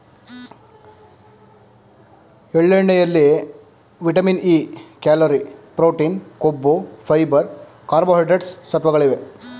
ಎಳ್ಳೆಣ್ಣೆಯಲ್ಲಿ vitamin E, calorie, protein, ಕೊಬ್ಬು, fibre, carbohydrates ಸತ್ವಗಳಿವೆ